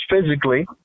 physically